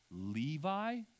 Levi